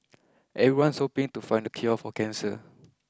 Everyone's hoping to find the cure for cancer